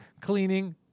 cleaning